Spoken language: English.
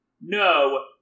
No